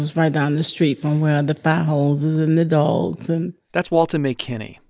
was right down the street from where the fire hoses and the dogs and. that's walta mae kennie,